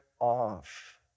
off